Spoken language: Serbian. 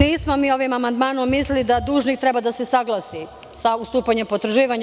Nismo mi ovim amandmanom mislili da dužnik treba da se saglasi sa ustupanjem potraživanja.